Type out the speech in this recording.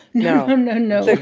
no, no, no